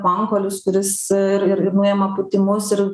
pankolis kuris ir ir ir nuima pūtimus ir